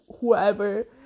whoever